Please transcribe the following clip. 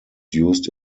used